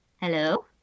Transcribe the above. hello